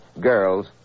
Girls